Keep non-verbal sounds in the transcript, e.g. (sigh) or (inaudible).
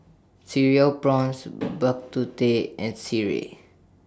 Cereal Prawns (noise) Bak Kut Teh and Sireh